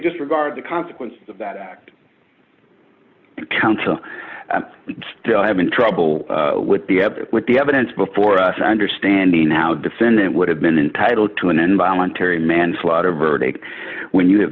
disregard the consequence of that act counter still having trouble with the with the evidence before us understanding how defendant would have been entitled to an involuntary manslaughter verdict when you have